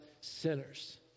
sinners